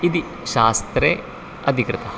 इति शास्त्रे अधिकृतः